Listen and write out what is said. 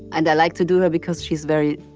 and i like to do her because she's very,